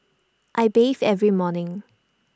I bathe every morning